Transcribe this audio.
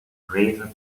rhythm